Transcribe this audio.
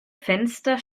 fenster